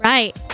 Right